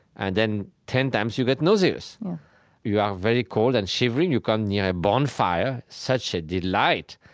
and then ten times, you get nauseous. you are very cold and shivering. you come near a bonfire, such a delight.